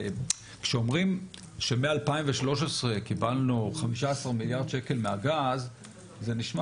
כשאומרים שמ-2013 קיבלנו 15 מיליארד שקל מהגז זה נשמע